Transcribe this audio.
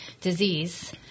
disease